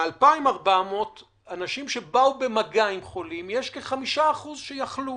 מתוך 2,400 אנשים שבאו במגע עם חולים, כ-5% יחלו.